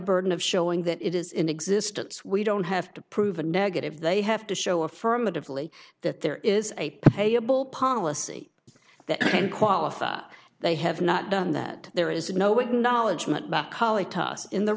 burden of showing that it is in existence we don't have to prove a negative they have to show affirmatively that there is a payable policy that can qualify they have not done that there is no acknowledgement by us in the